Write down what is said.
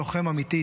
לוחם אמיתי,